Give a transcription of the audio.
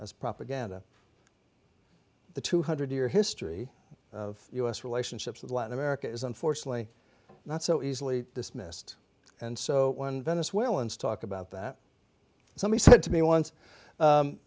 as propaganda the two hundred year history of u s relationships with latin america is unfortunately not so easily dismissed and so one venezuelans talk about that somebody said to me once